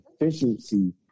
efficiency